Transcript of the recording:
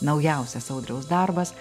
naujausias audriaus darbas